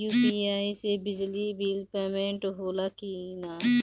UPI से बिजली bill payment होला कि न?